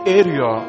area